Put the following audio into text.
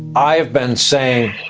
i have been saying,